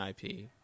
IP